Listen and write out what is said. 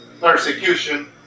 persecution